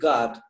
God